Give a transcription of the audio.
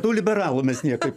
tų liberalų mes niekaip